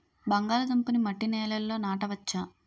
బంగాళదుంప నీ మట్టి నేలల్లో నాట వచ్చా?